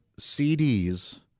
CDs